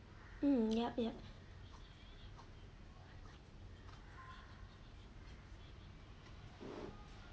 mm yup yup